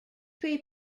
pre